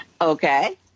Okay